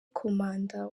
komanda